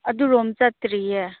ꯑꯗꯨꯔꯣꯝ ꯆꯠꯇ꯭ꯔꯤꯌꯦ